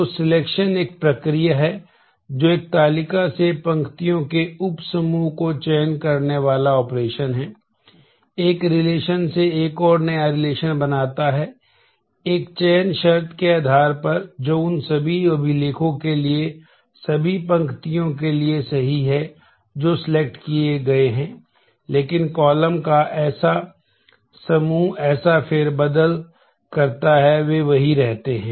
तो सिलेक्शन किए गए हैं लेकिन कॉलम column का समूह ऐसा फेरबदल नहीं करता है वे वही रहते हैं